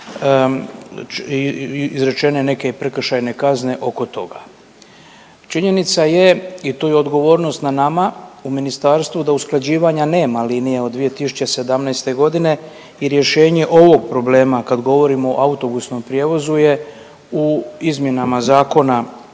izrečene i neke prekršajne kazne oko toga. Činjenica je i to je odgovornost na nama u ministarstvu da usklađivanja nema linije od 2017. godine i rješenje ovog problema kad govorim o autobusnom prijevozu je u izmjenama zakona